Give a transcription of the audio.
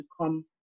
come